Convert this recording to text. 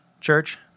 church